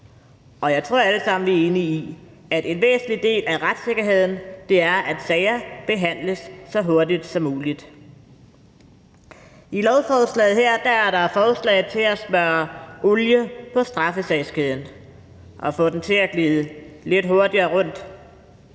sammen er enige om, at en væsentlig del af retssikkerheden er, at sager behandles så hurtigt som muligt. I lovforslaget her er der forslag til at smøre olie på straffesagskæden og få den til at glide lidt hurtigere rundt.